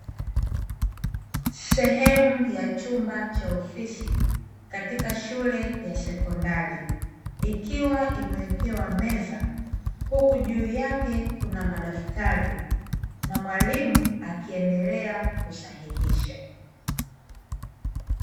Sehemu ya chumba cha ofisi katika shule ya sekondari, ikiwa imewekewa meza huku juu yake kuna madaftari na mwalimu akiendelea kusahihisha.